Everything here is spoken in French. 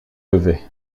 levé